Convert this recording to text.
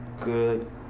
good